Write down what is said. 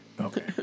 Okay